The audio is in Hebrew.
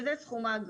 וזה סכום האגרה.